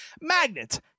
Magnets